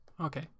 Okay